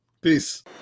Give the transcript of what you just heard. peace